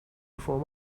before